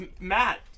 Matt